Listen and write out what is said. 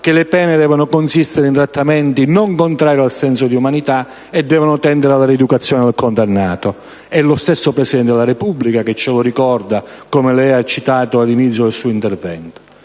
che: «Le pene non possono consistere in trattamenti contrari al senso di umanità e devono tendere alla rieducazione del condannato». È lo stesso Presidente della Repubblica che ce lo ricorda, come lei ha sottolineato all'inizio del suo intervento.